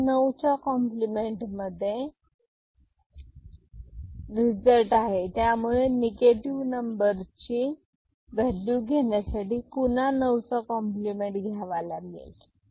येथे नऊ च्या कॉम्प्लिमेंट मधले मध्ये रिझल्ट आहे त्यामुळे निगेटिव नंबरची व्हॅल्यू घेण्यासाठी पुन्हा 9चा कॉम्प्लिमेंट घ्यावे लागेल